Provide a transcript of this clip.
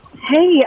Hey